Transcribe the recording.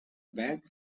bad